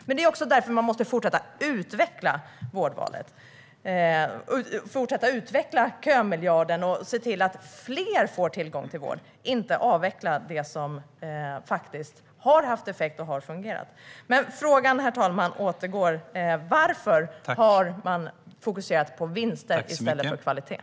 Men man måste fortsätta att utveckla vårdvalet och kömiljarden och se till att fler får tillgång till vård, inte avveckla det som faktiskt har haft effekt och fungerat. Herr talman! Frågan kvarstår: Varför har man fokuserat på vinster i stället för på kvalitet?